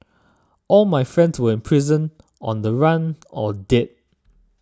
all my friends were in prison on the run or dead